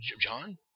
John